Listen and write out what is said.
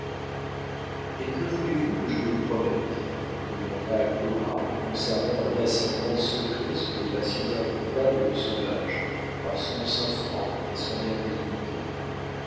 et que voulez-vous que je vous promette demanda cora conservant un ascendant secret sur les passions indomptables du sauvage par son sang-froid et son air de dignité